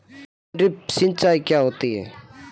Drip सिंचाई क्या होती हैं?